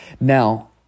Now